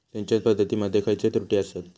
सिंचन पद्धती मध्ये खयचे त्रुटी आसत?